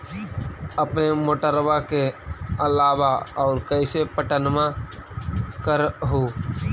अपने मोटरबा के अलाबा और कैसे पट्टनमा कर हू?